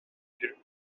жүрүп